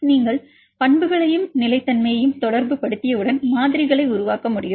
நீங்கள் பண்புகளையும் நிலைத்தன்மையையும் தொடர்புபடுத்தியவுடன் மாதிரிகளை உருவாக்க முடியும்